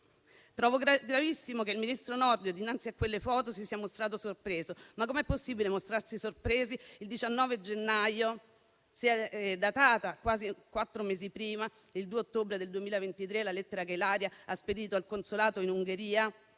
Trovo gravissimo che il ministro Nordio dinanzi a quelle foto si sia mostrato sorpreso. Com'è possibile mostrarsi sorpresi il 19 gennaio, quando è datata a quasi quattro mesi prima, il 2 ottobre 2023, la lettera che Ilaria ha spedito al consolato in Ungheria